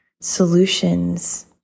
solutions